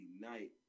night